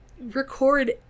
record